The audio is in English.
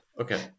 Okay